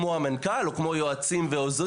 כמו המנכ"ל או כמו יועצים ועוזרים,